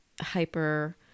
hyper